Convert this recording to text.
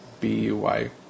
B-U-Y